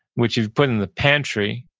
which you've put in the pantry,